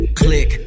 click